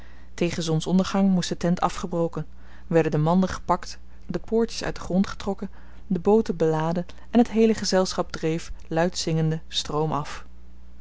tegen zonsondergang moest de tent afgebroken werden de manden gepakt de poortjes uit den grond getrokken de booten beladen en het heele gezelschap dreef luid zingende stroomaf